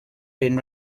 been